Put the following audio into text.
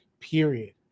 period